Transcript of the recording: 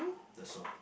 that's all